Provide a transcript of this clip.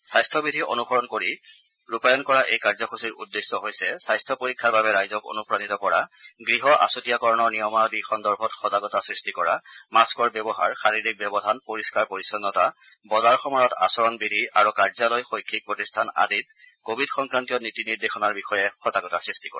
স্বাস্থবিধি অনুসৰণ কৰি ৰূপায়ণ কৰা এই কাৰ্যসূচীৰ উদ্দেশ্য হৈছে স্বাস্থ্য পৰীক্ষাৰ বাবে ৰাইজক অনুপ্ৰাণিত কৰা গৃহ আছুতীয়াকৰণৰ নিয়মাবলী সন্দৰ্ভত সজাগতা সৃষ্টি মাস্থৰ ব্যৱহাৰ শাৰীৰিক ব্যৱধান পৰিস্থাৰ পৰিচ্ছনতা বজাৰ সমাৰত আচৰণ বিধি আৰু কাৰ্যালয় শৈক্ষিক প্ৰতিষ্ঠান আদিত কোৱিড সংক্ৰান্তিয় নীতি নিৰ্দেশনাৰ বিষয়ে সজাগতা সৃষ্টি কৰা